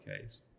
case